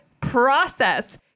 process